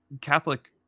Catholic